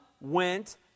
went